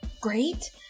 great